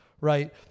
right